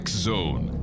X-Zone